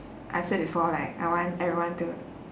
I said before like I want everyone to